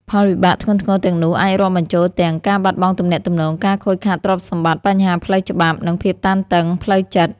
ផលវិបាកធ្ងន់ធ្ងរទាំងនោះអាចរាប់បញ្ចូលទាំង ការបាត់បង់ទំនាក់ទំនង ការខូចខាតទ្រព្យសម្បត្តិ បញ្ហាផ្លូវច្បាប់ និងភាពតានតឹងផ្លូវចិត្ត។